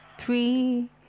Three